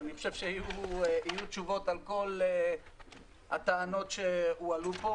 אני חושב שיהיו תשובות על כל הטענות שהיו פה.